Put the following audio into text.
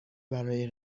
برای